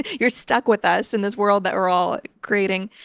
you're stuck with us in this world that we're all creating.